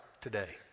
today